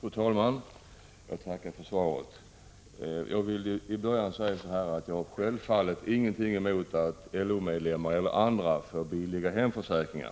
Fru talman! Jag tackar för svaret. Redan från början vill jag säga att jag självfallet inte har någonting emot att LO-medlemmar eller andra får billiga hemförsäkringar,